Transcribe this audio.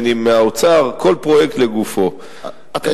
בין